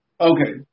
Okay